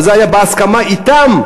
וזה היה בהסכמה אתם,